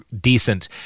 decent